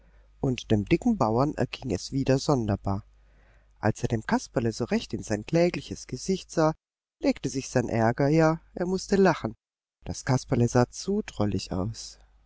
und dem dicken bauer erging es wieder sonderbar als der dem kasperle so recht in sein klägliches gesicht sah legte sich sein ärger ja er mußte lachen das kasperle sah zu drollig aus